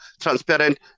transparent